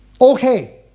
Okay